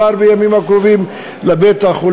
הוא הועבר בימים האחרונים לבית-החולים.